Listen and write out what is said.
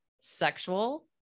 sexual